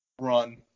run